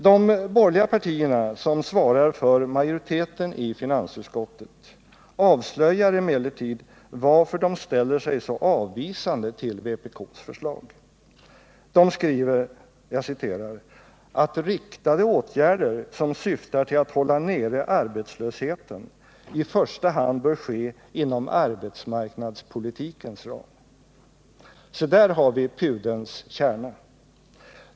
De borgerliga partierna, som svarar för majoriteten i finansutskottet, avslöjar emellertid varför de ställer sig så avvisande till vpk:s förslag. De skriver att ”riktade åtgärder som syftar till att hålla nere arbetslösheten i första hand bör ske inom arbetsmarknadspolitikens ram”. Se där har vi pudelns kärna!